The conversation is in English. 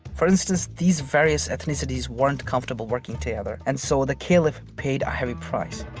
for instance, these various ethnicities weren't comfortable working together and so, the caliph paid a heavy price.